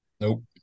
nope